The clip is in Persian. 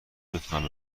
بتونم